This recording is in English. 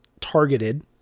targeted